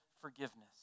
forgiveness